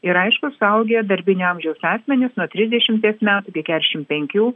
ir aišku suaugę darbinio amžiaus asmenys nuo trisdešimties metų iki keturiasdešim penkių